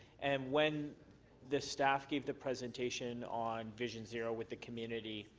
and when the staff gave the presentation on vision zero with the community,